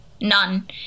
None